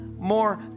more